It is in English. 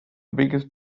biggest